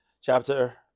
chapter